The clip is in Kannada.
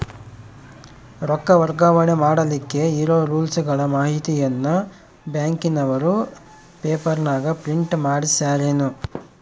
ರೊಕ್ಕ ವರ್ಗಾವಣೆ ಮಾಡಿಲಿಕ್ಕೆ ಇರೋ ರೂಲ್ಸುಗಳ ಮಾಹಿತಿಯನ್ನ ಬ್ಯಾಂಕಿನವರು ಪೇಪರನಾಗ ಪ್ರಿಂಟ್ ಮಾಡಿಸ್ಯಾರೇನು?